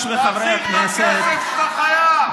תחזיר את הכסף שאתה חייב.